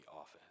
office